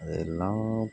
அது எல்லாம்